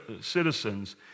citizens